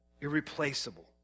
Irreplaceable